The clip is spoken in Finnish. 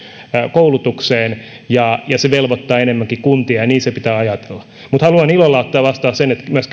koulutukseen se velvoittaa enemmänkin kuntia ja niin se pitää ajatella mutta haluan ilolla ottaa vastaan sen että myös